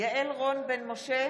יעל רון בן משה,